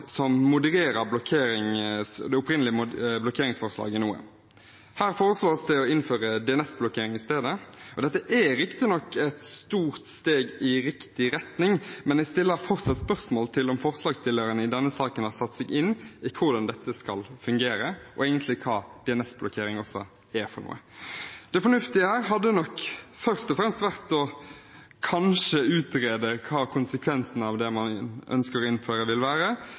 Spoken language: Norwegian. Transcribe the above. som modererer det opprinnelige blokkeringsforslaget noe. Her foreslås det å innføre DNS-blokkering i stedet. Det er riktignok et stort steg i riktig retning, men jeg stiller fortsatt spørsmål ved om forslagsstilleren i denne saken har satt seg inn i hvordan dette skal fungere, og egentlig også hva DNS-blokkering er for noe. Det fornuftige her hadde nok kanskje vært først og fremst å utrede hva konsekvensen av det man ønsker å innføre, vil være,